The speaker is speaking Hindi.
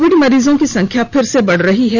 कोविड मरीजों की संख्या फिर से बढ़ रही है